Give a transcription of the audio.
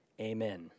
Amen